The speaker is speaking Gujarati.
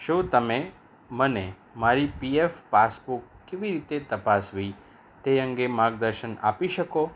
શું તમે મને મારી પીએફ પાસબુક કેવી રીતે તપાસવી તે અંગે માર્ગદર્શન આપી શકો